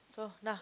so nah